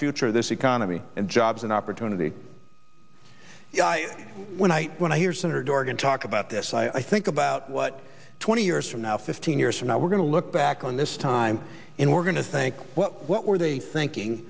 future of this economy and jobs an opportunity when i when i hear senator dorgan talk about this i think about what twenty years from now fifteen years from now we're going to look back on this time and we're going to think well what were they thinking